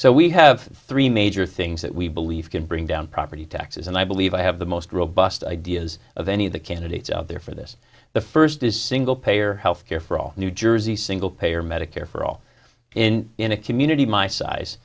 so we have three major things that we believe can bring down property taxes and i believe i have the most robust ideas of any of the candidates out there for this the first is single payer health care for all new jersey single payer medicare for all and in a community my size